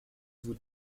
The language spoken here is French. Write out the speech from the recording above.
vous